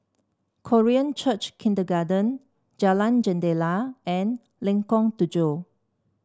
Korean Church Kindergarten Jalan Jendela and Lengkong Tujuh